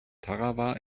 tarawa